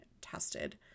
tested